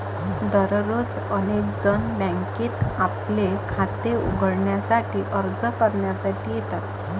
दररोज अनेक जण बँकेत आपले खाते उघडण्यासाठी अर्ज करण्यासाठी येतात